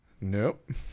Nope